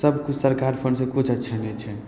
सबकिछु सरकार फण्डसे किछु अच्छा नहि छै